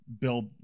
build